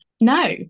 no